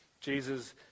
Jesus